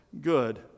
good